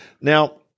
Now